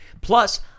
Plus